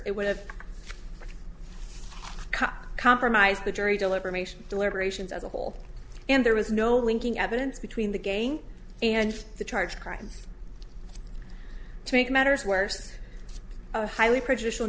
it would have cut compromise the jury deliberation deliberations as a whole and there was no linking evidence between the gang and the charge crimes to make matters worse a highly prejudicial